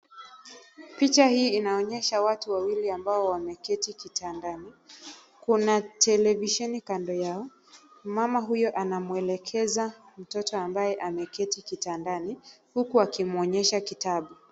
Picha hii inaonyesha watu wawili ambao wameketi kitandani. Kuna televisheni kando yao. Mama huyo anamwelekeza mtoto ambaye ameketi kitandani huku akimwonyesha kitabu.